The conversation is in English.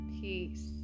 peace